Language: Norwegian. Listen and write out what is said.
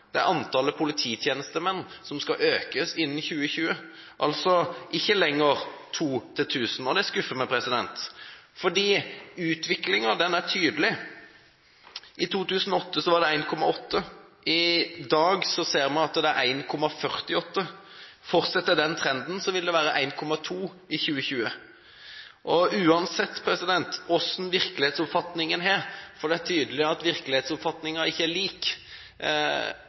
det målet. Det er antallet polititjenestemenn som skal økes innen 2020, altså ikke lenger to til 1 000. Og det skuffer meg. Utviklingen er tydelig. I 2008 var det 1,8. I dag ser vi at det er 1,48. Fortsetter den trenden, vil det være 1,2 i 2020. Uansett hva slags virkelighetsoppfatning en har – for det er tydelig at virkelighetsoppfatningen ikke er